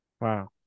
Wow